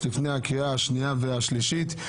לפני הקריאה השנייה והשלישית.